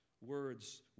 Words